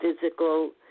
physical